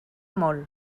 molt